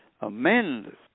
amend